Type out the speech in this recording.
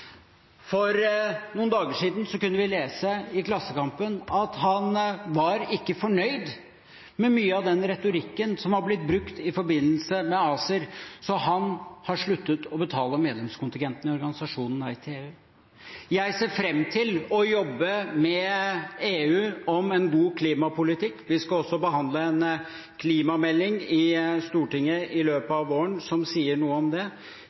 For noen dager siden kunne vi lese i Klassekampen at han ikke var fornøyd med mye av den retorikken som har blitt brukt i forbindelse med ACER, så han har sluttet å betale medlemskontingenten i organisasjonen Nei til EU. Jeg ser fram til å jobbe med EU om en god klimapolitikk. Vi skal også behandle en klimamelding som sier noe om det, i Stortinget i løpet